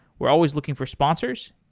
we're always looking for sponsors.